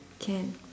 can